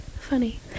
funny